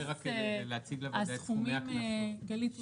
גלית, הסכומים?